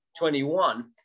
21